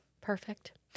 Perfect